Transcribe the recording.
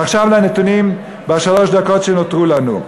ועכשיו לנתונים, בשלוש הדקות שנותרו לנו: